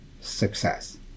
success